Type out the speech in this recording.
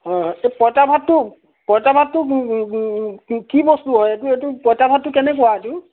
হয় হয় এই পইতা ভাতটো পইতা ভাতটো কি বস্তু হয় এইটো এইটো পইতা ভাতটো কেনেকুৱা এইটো